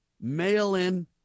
mail-in